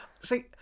See